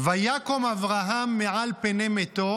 "ויקם אברהם מעל פני מתו